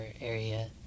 area